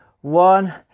one